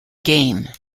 game